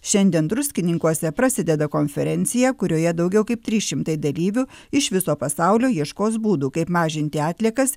šiandien druskininkuose prasideda konferencija kurioje daugiau kaip trys šimtai dalyvių iš viso pasaulio ieškos būdų kaip mažinti atliekas